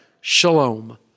shalom